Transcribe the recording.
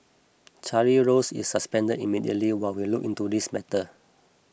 Charlie Rose is suspended immediately while we look into this matter